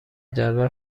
جدول